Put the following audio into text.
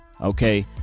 okay